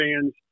fans